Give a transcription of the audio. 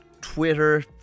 Twitter